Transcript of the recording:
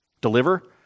deliver